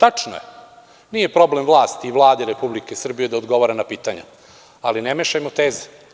Tačno je, nije problem vlasti i Vlade Republike Srbijeda odgovara na pitanja, ali ne mešajmo teze.